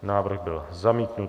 Návrh byl zamítnut.